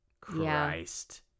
christ